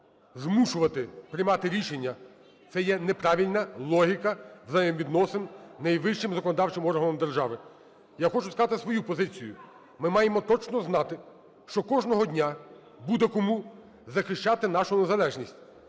змушувати приймати рішення, це є неправильна логіка взаємовідносин найвищим законодавчим органом держави. Я хочу сказати свою позицію. Ми маємо точно знати, що кожного дня буде кому захищати нашу незалежність,